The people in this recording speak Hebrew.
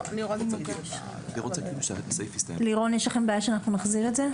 לירון, יש לכם בעיה שנחזיר את זה?